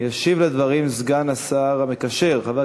3004 ו-3014.